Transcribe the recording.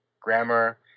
grammar